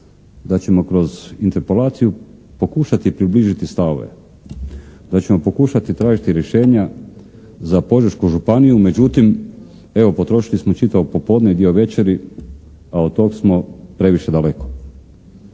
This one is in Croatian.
da ćemo kroz interpelaciju pokušati približiti stavove, da ćemo pokušati tražiti rješenja za Požešku županiju. Međutim evo potrošili smo čitavo popodne i dio večeri, a od tog smo previše daleko.